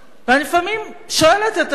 ואני לפעמים שואלת את עצמי,